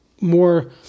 more